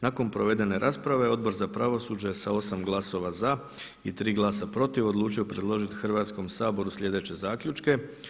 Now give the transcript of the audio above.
Nakon provedene rasprave Odbor za pravosuđe je sa osam glasova za i tri glasa protiv odlučio predložiti Hrvatskom saboru sljedeće zaključke.